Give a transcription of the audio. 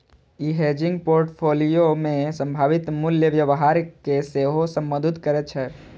ई hedging portfolio मे संभावित मूल्य व्यवहार कें सेहो संबोधित करै छै